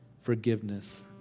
forgiveness